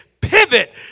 Pivot